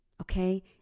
okay